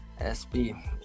SB